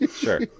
Sure